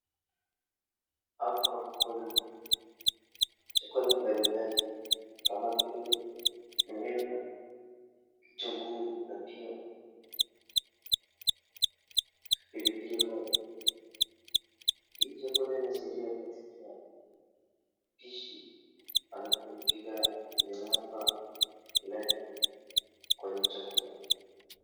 Hapa kuna chakula mbali mbali kama vile kitunguu na nyanya na pia pilipili hoho hii chakula inasaidia katika upishi halafu inaleta ladha kwenye chakula.